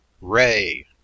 Ray